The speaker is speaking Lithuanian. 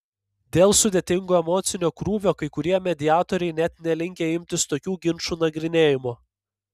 dėl sudėtingo emocinio krūvio kai kurie mediatoriai net nelinkę imtis tokių ginčų nagrinėjimo